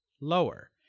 lower